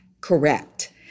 correct